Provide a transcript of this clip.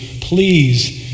Please